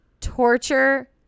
torture